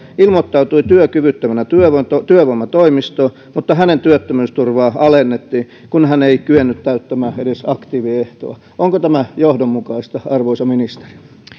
ilmoittautui työkyvyttömänä työvoimatoimistoon mutta hänen työttömyysturvaansa alennettiin kun hän ei kyennyt täyttämään edes aktiiviehtoa onko tämä johdonmukaista arvoisa ministeri